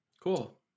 Cool